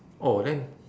oh then